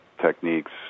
techniques